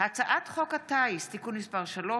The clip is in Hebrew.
הצעת חוק הטיס (תיקון מס' 3),